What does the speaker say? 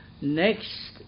next